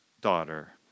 daughter